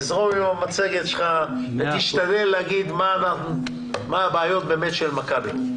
תזרום עם המצגת שלך ותשתדל לומר מה הבעיות של מכבי.